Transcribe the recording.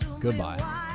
Goodbye